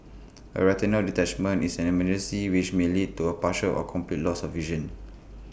A retinal detachment is an emergency which may lead to A partial or complete loss of vision